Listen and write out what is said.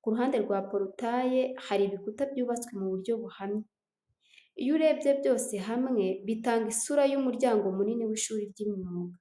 Ku ruhande rwa porutaye, hari ibikuta byubatswe mu buryo buhamye. Iyo urebye byose hamwe bitanga isura y'umuryango munini w'ishuri ry'imyuga.